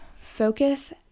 focus